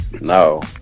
No